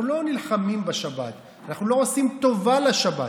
אנחנו לא נלחמים בשבת, אנחנו לא עושים טובה לשבת.